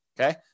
Okay